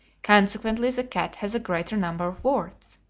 consequently the cat has a greater number of words.